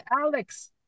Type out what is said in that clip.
Alex